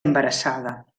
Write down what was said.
embarassada